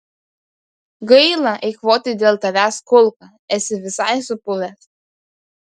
gaila eikvoti dėl tavęs kulką esi visai supuvęs